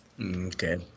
Okay